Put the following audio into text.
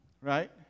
Right